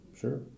Sure